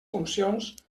funcions